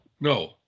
no